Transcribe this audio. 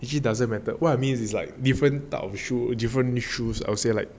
actually doesn't matter what I means is like different type of shoes different shoes I would say like